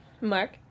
Mark